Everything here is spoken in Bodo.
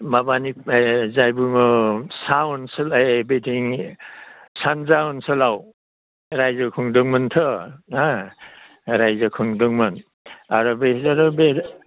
माबानिफ्राय जाय बुङो सा ओनसोलहाय बिथिं सानजा ओनसोलाव रायजो खुंदोंमोनथ' हा रायजो खुंदोंमोन आरो बिसोरो बे